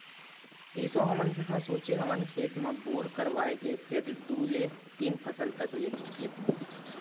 एसो हमन ह सोचे हवन खेत म बोर करवाए के फेर दू ले तीन फसल तक लेबो खेत म